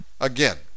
again